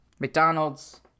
McDonald's